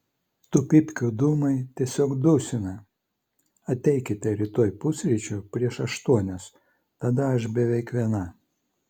tų pypkių dūmai tiesiog dusina ateikite rytoj pusryčių prieš aštuonias tada aš beveik viena